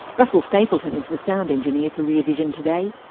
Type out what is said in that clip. russell stapleton is the sound engineer for rear vision today.